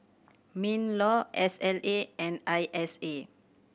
MinLaw S L A and I S A